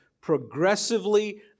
progressively